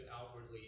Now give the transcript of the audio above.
outwardly